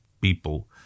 people